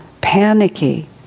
panicky